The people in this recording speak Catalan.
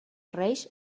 reis